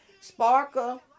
Sparkle